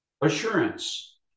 assurance